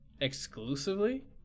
exclusively